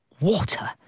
water